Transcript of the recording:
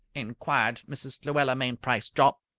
inquired mrs. luella mainprice jopp.